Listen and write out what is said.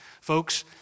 Folks